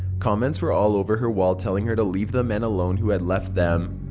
comments were all over her wall telling her to leave the men alone who had left them.